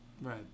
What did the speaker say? Right